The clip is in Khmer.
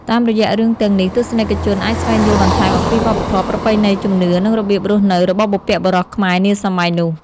តាមរយៈរឿងទាំងនេះ ទស្សនិកជនអាចស្វែងយល់បន្ថែមអំពី វប្បធម៌ ប្រពៃណី ជំនឿ និងរបៀបរស់នៅ របស់បុព្វបុរសខ្មែរនាសម័យនោះ។